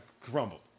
crumbled